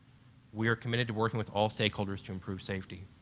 we are committed to work and with all stakeholders to improve safety.